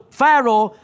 Pharaoh